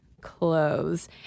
clothes